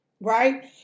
right